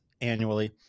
annually